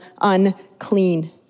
unclean